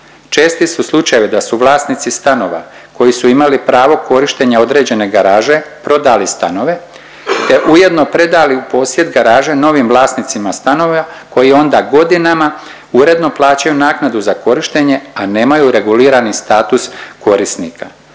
Česti su slučajevi da su vlasnici stanova koji su imali pravo korištenja određene garaže prodali stanove te ujedno predali u posjed garaže novim vlasnicima stanova koji onda godinama uredno plaćaju naknadu za korištenje, a nemaju regulirani status korisnika.